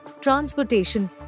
transportation